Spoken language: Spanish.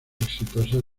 exitosas